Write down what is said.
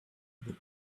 the